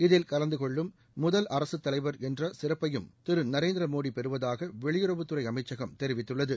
இதில் கலந்து கொள்ளும் முதல் அரசுத் தலைவர் என்ற சிறப்பையும் திரு நரேந்திரமோடி பெறுவதாக வெளியுறவுத்துறை அமைச்சகம் தெரிவித்துள்ளது